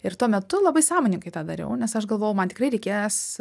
ir tuo metu labai sąmoningai tą dariau nes aš galvojau man tikrai reikės